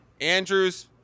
Andrews